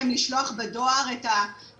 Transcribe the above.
ואז הם מבקשים מהם לשלוח בדואר את החומרים,